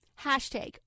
Hashtag